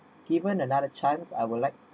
given another chance I would like